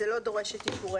זה לא דורש את אישורנו.